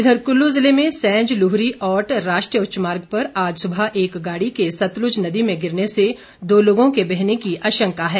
इधर कुल्लू जिले में सैंज लुहरी औट राष्ट्रीय उच्च मार्ग पर आज सुबह एक गाड़ी के सतलुज नदी में गिरने से दो लोगों के बहने की आशंका है